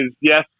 yes